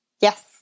Yes